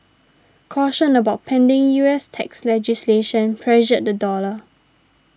caution about pending U S tax legislation pressured the dollar